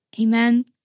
Amen